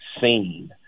seen